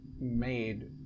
made